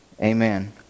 amen